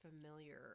familiar